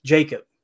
Jacob